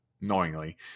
knowingly